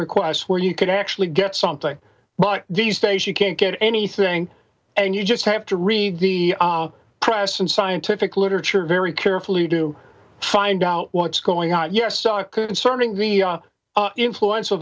requests where you could actually get something but these days you can't get anything and you just have to read the press and scientific literature very carefully do find out what's going on yes so i could inserting the influence of